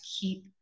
keep